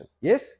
Yes